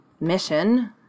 mission